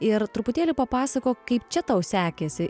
ir truputėlį papasakok kaip čia tau sekėsi